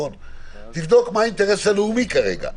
תבדוק מה האינטרס הלאומי כרגע,